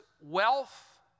wealth